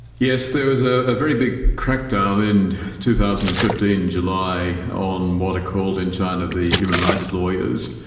yes, there was a very big crackdown in two thousand and fifteen, july, on what are called in china the human rights lawyers.